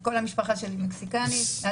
כל המשפחה שלי מקסיקנית.